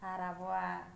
ᱟᱨ ᱟᱵᱚᱣᱟᱜ